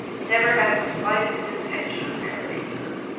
never had the slightest intention of marrying her.